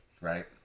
Right